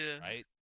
right